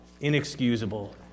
inexcusable